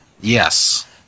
yes